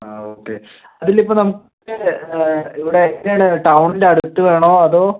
ആ ഓക്കെ ഇതിലിപ്പം നമുക്ക് ഇവിടെ എവിടെയാണ് ടൗണിൻ്റെ അടുത്തു വേണോ അതോ